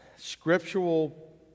Scriptural